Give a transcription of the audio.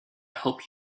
hope